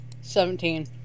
Seventeen